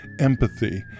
empathy